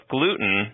Gluten